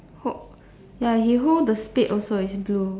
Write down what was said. hold ya he hold the spade also it's blue